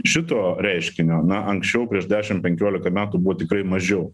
šito reiškinio na anksčiau prieš dešim penkiolika metų tikrai mažiau